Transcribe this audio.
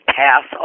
pass